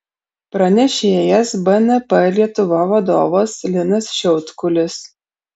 pranešėjas bnp lietuva vadovas linas šiautkulis